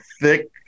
thick